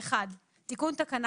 תיקון תקנה